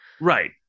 Right